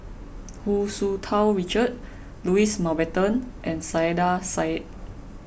Hu Tsu Tau Richard Louis Mountbatten and Saiedah Said